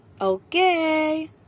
Okay